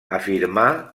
afirmà